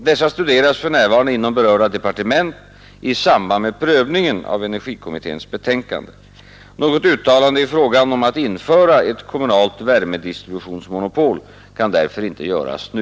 Dessa studeras för närvarande inom berörda departement i samband med prövningen av energikommitténs betänkande. Något uttalande i frågan om att införa ett kommunalt värmedistributionsmonopol kan därför inte göras nu.